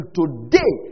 today